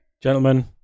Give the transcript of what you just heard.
Gentlemen